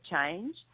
change